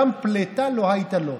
גם פלטה לא הייתה לו.